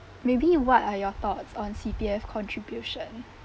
maybe what are your thoughts on C_P_F contribution